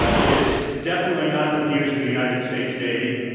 ah it is definitely not the views of the united states navy.